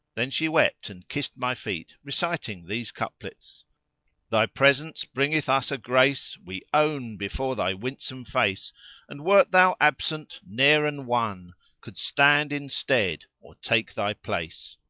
then she wept and kissed my feet reciting these couplets thy presence bringeth us a grace we own before thy winsome face and wert thou absent ne'er an one could stand in stead or take thy place.